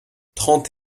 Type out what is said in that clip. trente